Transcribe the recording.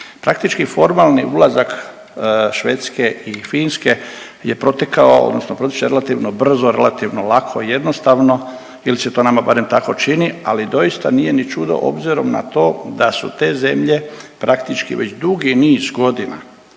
Praktički formalni ulazak Švedske i Finske je protekao, odnosno protječe relativno brzo, relativno lako i jednostavno ili se to nama barem tako čini, ali doista nije ni čudo obzirom na to da su te zemlje praktički već dugi niz godina